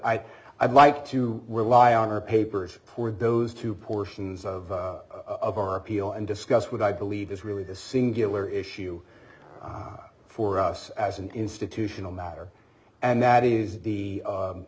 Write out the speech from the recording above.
i i'd like to rely on our papers for those two portions of our appeal and discuss what i believe is really the singular issue for us as an institutional matter and that is the